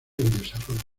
desarrollo